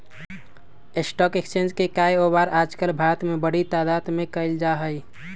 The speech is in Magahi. स्टाक एक्स्चेंज के काएओवार आजकल भारत में बडी तादात में कइल जा हई